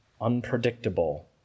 unpredictable